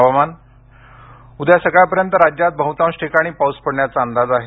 हवामान उद्या सकाळपर्यंत राज्यात बहुतांश ठिकाणी पाऊस पडण्याचा अंदाज आहे